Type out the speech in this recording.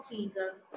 Jesus